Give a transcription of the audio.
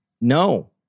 No